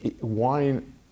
wine